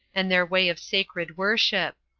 and their way of sacred worship.